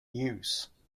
use